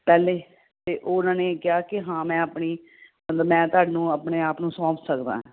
ਪਹਿਲੇ ਅਤੇ ਉਹਨਾਂ ਨੇ ਕਿਹਾ ਕਿ ਹਾਂ ਮੈਂ ਆਪਣੀ ਮਤਲਵ ਮੈਂ ਤੁਹਾਨੂੰ ਆਪਣੇ ਆਪ ਨੂੰ ਸੋਂਪ ਸਕਦਾ ਹੈ